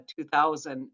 2000